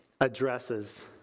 addresses